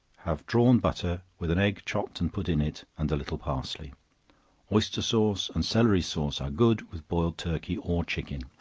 have drawn butter, with an egg chopped and put in it, and a little parsley oyster sauce, and celery sauce are good, with boiled turkey or chicken.